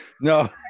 no